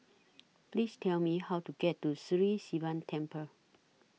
Please Tell Me How to get to Sri Sivan Temple